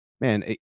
man